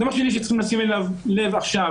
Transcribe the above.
דבר שני, שצריך לשים אליו לב עכשיו